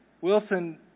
Wilson